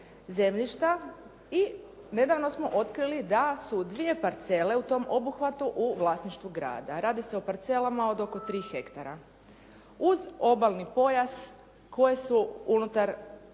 zemljišta i nedavno smo otkrili da su dvije parcele u tom obuhvatu u vlasništvu grada. Radi se o parcelama od oko 3 hektara uz obalni pojas koje su unutar